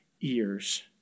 ears